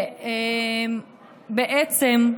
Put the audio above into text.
בעצם,